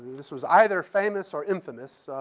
this was either famous or infamous.